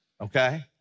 okay